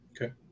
Okay